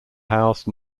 housed